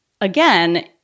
again